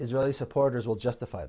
israeli supporters will justify